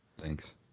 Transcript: Thanks